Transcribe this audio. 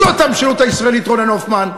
זאת המשילות הישראלית, רונן הופמן.